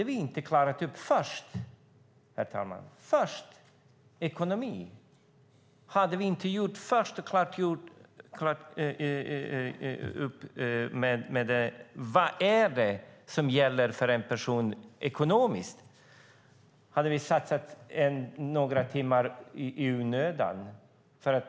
Om vi inte hade klarat upp ekonomin först, och om vi inte först hade klargjort vad som gäller ekonomiskt för en person så hade vi satsat några timmar i onödan.